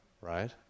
right